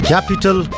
Capital